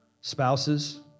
spouses